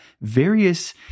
various